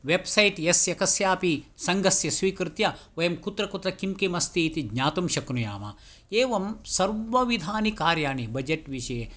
website यस्य कस्यापि सङ्गस्य स्वीकृत्य वयं कुत्र कुत्र किं किं अस्तीति ज्ञातुं शक्नुयाम एवं सर्वविधानि कार्याणि बड्जेट् विषये